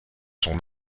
son